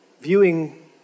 viewing